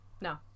No